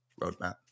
roadmap